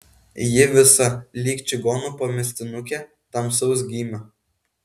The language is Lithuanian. ji visa lyg čigonų pamestinukė tamsaus gymio